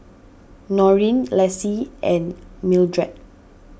Norine Lacie and Mildred